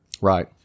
Right